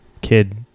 kid